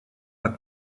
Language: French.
pas